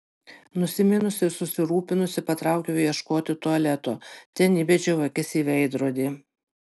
nusiminusi ir susirūpinusi patraukiau ieškoti tualeto ten įbedžiau akis į veidrodį